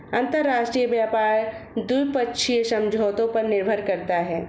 अंतरराष्ट्रीय व्यापार द्विपक्षीय समझौतों पर निर्भर करता है